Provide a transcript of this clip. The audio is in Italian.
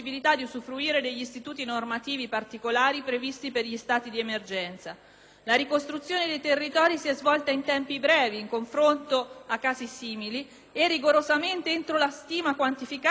La ricostruzione dei territori si è svolta in tempi brevi, in confronto a casi simili, e rigorosamente entro la stima quantificata subito dopo il sisma. Essa è in avanzato stato di realizzazione: